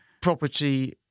property